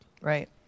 Right